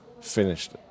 finished